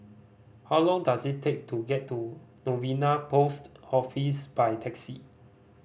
how long does it take to get to Novena Post Office by taxi